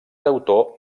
autor